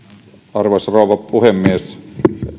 arvoisa rouva puhemies